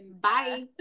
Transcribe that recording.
Bye